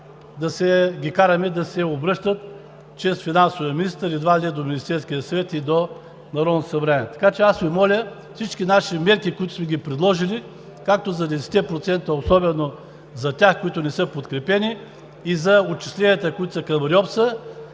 които ги караме да се обръщат чрез финансовия министър едва ли не до Министерския съвет и до Народното събрание. Така че аз Ви моля всички наши мерки, които сме предложили, както за 10-те процента – особено за тях, които не са подкрепени, и за отчисленията, които са към